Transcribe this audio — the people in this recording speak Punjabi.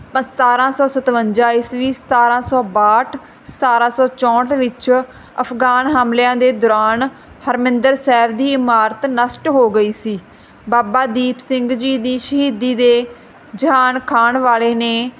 ਸਤਾਰਾਂ ਸੌ ਸਤਵੰਜਾ ਈਸਵੀ ਸਤਾਰਾਂ ਸੌ ਬਾਹਠ ਸਤਾਰਾਂ ਸੌ ਚੌਹਟ ਵਿੱਚ ਅਫਗਾਨ ਹਮਲਿਆਂ ਦੇ ਦੌਰਾਨ ਹਰਮਿੰਦਰ ਸੈਰ ਦੀ ਇਮਾਰਤ ਨਸ਼ਟ ਹੋ ਗਈ ਸੀ ਬਾਬਾ ਦੀਪ ਸਿੰਘ ਜੀ ਦੀ ਸ਼ਹੀਦੀ ਦੇ ਜਾਣ ਖਾਣ ਵਾਲੇ ਨੇ